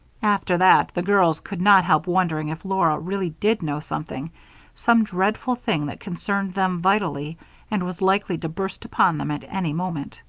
after that, the girls could not help wondering if laura really did know something some dreadful thing that concerned them vitally and was likely to burst upon them at any moment.